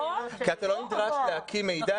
כי אתה לא נדרש להקיא מידע,